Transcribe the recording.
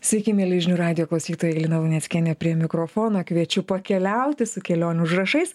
sveiki mieli žinių radijo klausytojai lina luneckienė prie mikrofono kviečiu pakeliauti su kelionių užrašais